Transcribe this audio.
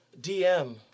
DM